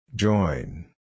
Join